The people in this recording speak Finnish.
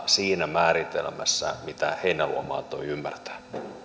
siinä määritelmässä mitä heinäluoma antoi ymmärtää